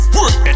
Work